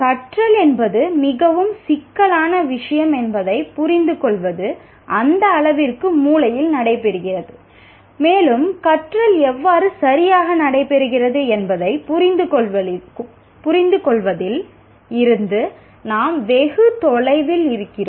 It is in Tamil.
கற்றல் என்பது மிகவும் சிக்கலான விஷயம் என்பதை புரிந்துகொள்வது எந்த அளவிற்கு மூளையில் நடைபெறுகிறது மேலும் கற்றல் எவ்வாறு சரியாக நடைபெறுகிறது என்பதைப் புரிந்துகொள்வதில் இருந்து நாம் வெகு தொலைவில் இருக்கிறோம்